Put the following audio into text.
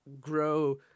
grow